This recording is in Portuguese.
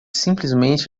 simplesmente